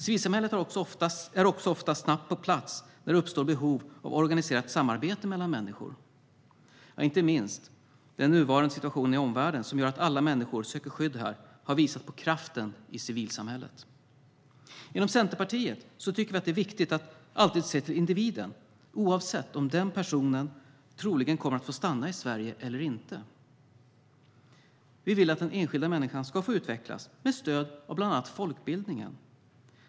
Civilsamhället är också ofta snabbt på plats när det uppstår behov av organiserat samarbete mellan människor. Inte minst den nuvarande situationen i omvärlden, som gör att många människor söker skydd här, har visat på kraften i civilsamhället. Inom Centerpartiet tycker vi att det är viktigt att alltid se till individen, oavsett om den personen troligen kommer att få stanna i Sverige eller inte. Vi vill att den enskilda människan ska få utvecklas med stöd av bland annat folkbildningen.